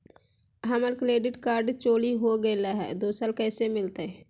हमर credit card चोरी हो गेलय हई, दुसर कैसे मिलतई?